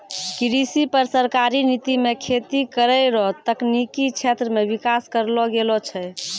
कृषि पर सरकारी नीति मे खेती करै रो तकनिकी क्षेत्र मे विकास करलो गेलो छै